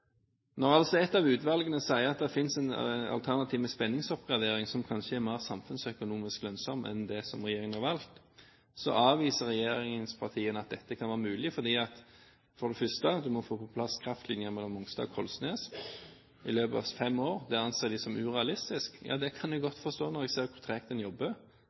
Når altså et av utvalgene sier at det finnes et alternativ med spenningsoppgradering som kanskje er mer samfunnsøkonomisk lønnsomt enn det som regjeringen har valgt, avviser regjeringspartiene at dette kan være mulig fordi for det første: En må få på plass kraftlinjene mellom Mongstad og Kollsnes i løpet av fem år. Det anser de som urealistisk. Ja, det kan jeg godt forstå når jeg ser